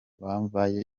bambaye